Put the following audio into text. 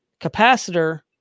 capacitor